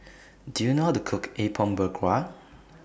Do YOU know How to Cook Apom Berkuah